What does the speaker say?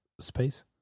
space